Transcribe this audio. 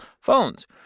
phones